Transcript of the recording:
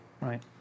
Right